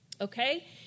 Okay